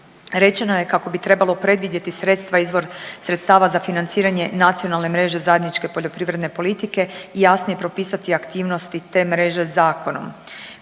Rečeno je kako bi trebalo predvidjeti sredstva, izvor sredstava za financiranje nacionalne mreže zajedničke poljoprivredne politike i jasnije propisati aktivnosti te mreže zakonom.